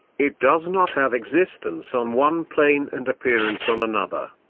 it does not have existence on one plane and appearance on another,